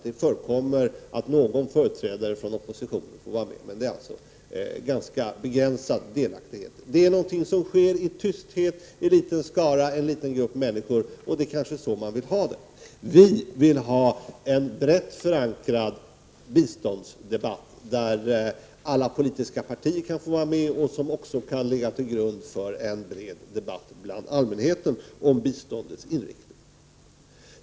Det förekommer att någon företrädare för oppositionen får vara med, men den delaktigheten är ganska begränsad. Detta är något som sker i tysthet, med en liten grupp människor involverad. Det kanske är så man vill ha det. Vi vill ha en riktigt förankrad biståndsdebatt, som alla politiska partier kan få vara med i och som även kan ligga till grund för en bred debatt bland allmänheten om biståndets inriktning.